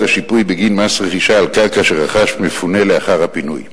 השיפוי בגין מס רכישה על קרקע שרכש מפונה לאחר הפינוי.